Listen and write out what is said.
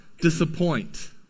disappoint